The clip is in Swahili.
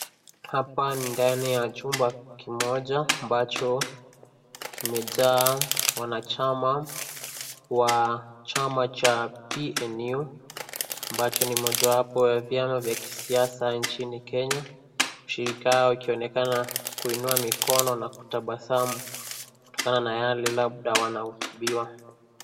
Hapa ndani ya chumba kimoja ambacho, kimejaa wanachama wa chama cha PNU. Ambacho ni mojawapo wa vyama vya kisiasa nchini Kenya. Ushirika yao ukionekana kuinua mikono na kutabasamu kutokana na yale wanahutubiwa.